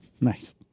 nice